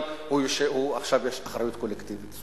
אבל עכשיו יש אחריות קולקטיבית.